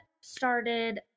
started